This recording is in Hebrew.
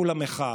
הפה?